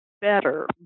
better